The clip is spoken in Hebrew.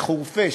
בחורפיש,